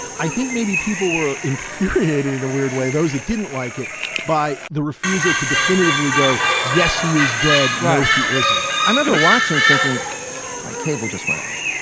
i think maybe people were infuriated in a weird way, those that didn't like it by the refusal to definitively go. yes, he is dead wrong. so he isn't i remember watching, thinking my cable just went out.